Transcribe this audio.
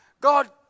God